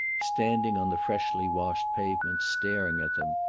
standing on the freshly washed pavement, staring at them.